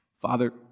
Father